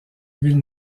ville